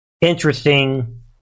Interesting